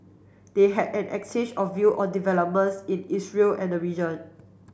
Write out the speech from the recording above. they had an exchange of view on developments in Israel and the region